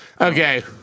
Okay